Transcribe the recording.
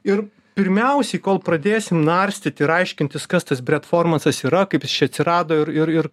ir pirmiausiai kol pradėsim narstyti ir aiškintis kas tas bretformansas yra kaip jis čia atsirado ir ir ir